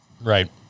Right